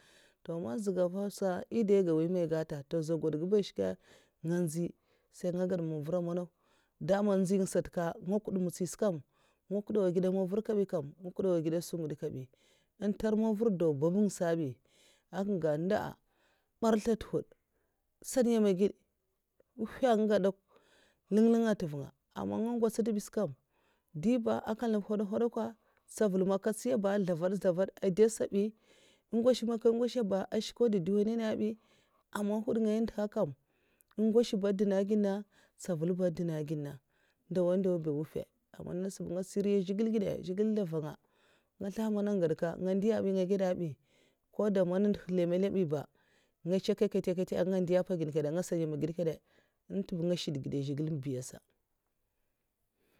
Toh man zuvahawsa èh dai ga mwi ma ai gata to za gwadga ba shkè nga zhiy sai nga ged mavara man'nakw daman ehn nzyi nga sata nga nkwud matsi'sa kam nga nkwudowa egeda mavar kabikam nga nkwudowa agida sungide kabi antar mavar daw babngasa ambi anga ga nda mbarsla ntu nhwud san nyam ngid nwufa nga ged dekwa nlin nlin ntuv nga ama man nga ngots ntebi sa kam dyi ba nkal npa nhudekwa dyekwa ntaval ma nka ntsiya ba nzlevad zlevad'a dou sabi ngwash man nka ngosha ba ashkauda dwuwan'nana bi aman nhwuda ngaya ndeha kam ngwosh ba ndena egedna ntsaval ba ndena egednenga ndaw'ndawa ba nwuffe aman angas ba nga ntsiri n' zhigile n' ginne zhigile de van'nga, nga slaha man enh nga gedka nga ndiya bi nga geyda bi ko da man nduh nleme lem bi ba nga nceyka kat kata nga ndiya pa mginne kabi da nga sam nyema ged nkede nteba nga nshedgeda zhigile'n' biya sa.